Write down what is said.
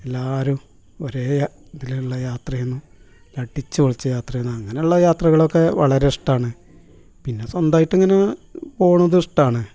എല്ലാവരും ഒരേ ഇതിലുള്ള യാത്രെയെന്നും അടിച്ചു പൊളിച്ച യാത്രെയെനു അങ്ങനെയുള്ള യാത്രകളൊക്കെ വളരെ ഇഷ്ട്ടമാണ് പിന്നെ സ്വന്തമായിട്ട് ഇങ്ങനെ പോണതും ഇഷ്ട്ടമാണ്